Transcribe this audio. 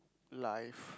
life